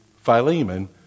Philemon